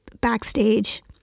backstage